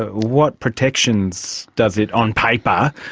what protections does it, on paper,